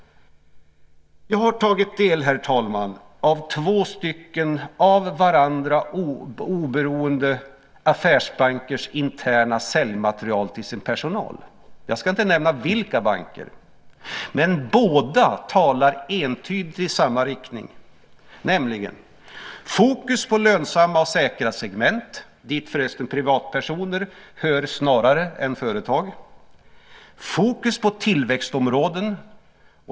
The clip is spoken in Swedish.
Herr talman! Jag har tagit del av två av varandra oberoende affärsbankers interna säljmaterial till sin personal. Jag ska inte nämna vilka banker det är. Men båda talar entydigt i samma riktning. Det ska vara fokus på lönsamma och säkra segment, dit förresten privatpersoner hör snarare än företag. Det ska vara fokus på tillväxtområden.